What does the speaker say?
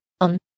On